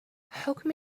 حكم